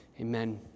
Amen